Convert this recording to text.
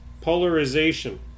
polarization